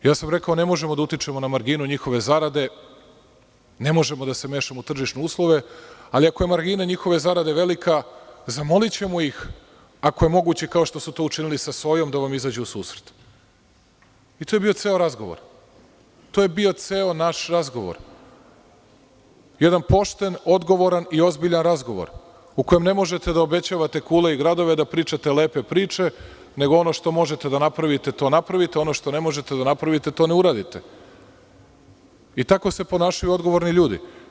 Rekao sam da ne možemo da utičemo na marginu njihove zarade, ne možemo da se mešamo u tržišne uslove, ali ako je margina njihove zarade velika, zamolićemo ih ako je moguće, kao što ste to učinili sa sojom da vam izađu u susret i to je bio ceo razgovor, to je bio ceo naš razgovor, jedan pošten, odgovoran i ozbiljan razgovor u kojem ne možete da obećavate kule i gradove, da pričate lepe priče nego ono što možete da napravite, to napravite, ono što ne možete da napravite, to ne uradite i tako se ponašaju odgovorni ljudi.